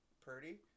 purdy